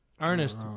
Ernest